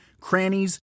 crannies